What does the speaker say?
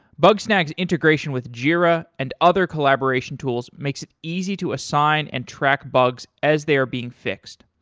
bugsnag's integration with jira and other collaboration tools makes it easy to assign and track bugs as they're being fixed.